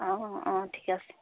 অঁ অঁ ঠিক আছে